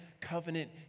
covenant